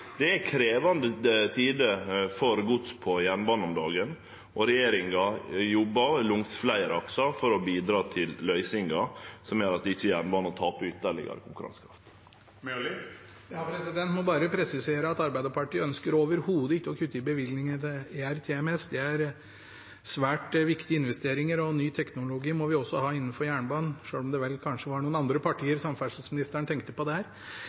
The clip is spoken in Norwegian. Det er krevjande tider for gods på jernbane om dagen, og regjeringa jobbar langs fleire aksar for å bidra til løysingar som gjer at jernbanen ikkje taper ytterlegare konkurransekraft. Jeg må bare presisere at Arbeiderpartiet ønsker overhodet ikke å kutte i bevilgningene til ERTMS. Det er svært viktige investeringer, og ny teknologi må vi også ha innenfor jernbanen, selv om det kanskje var noen andre partier samferdselsministeren tenkte på der. Men jeg må jo si at jeg synes det